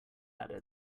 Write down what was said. added